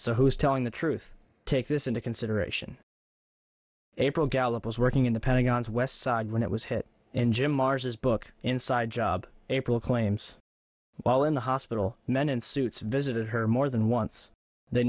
so who is telling the truth take this into consideration april gallop was working in the pentagon's west side when it was hit and jim marrs his book inside job april claims while in the hospital men in suits visited her more than once they